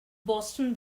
boston